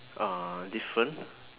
uh different